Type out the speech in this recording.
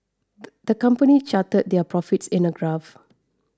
the company charted their profits in a graph